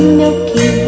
milky